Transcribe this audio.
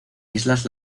islas